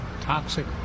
Toxic